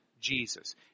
Jesus